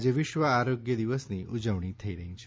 આજે વિશ્વ આરોગ્ય દિવસની ઉજવણી થઇ રહી છે